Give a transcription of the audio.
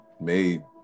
made